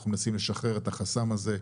אנחנו מנסים לשחרר את החסם הזה.